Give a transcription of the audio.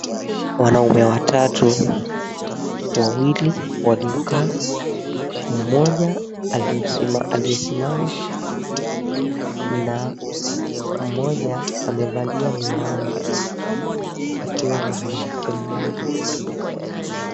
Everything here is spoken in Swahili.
Wanaume watatu, wawili waliokaa, mmoja aliyesimama na mmoja amevalia miwani akiwa na mwanamke mmoja.